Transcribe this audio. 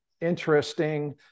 interesting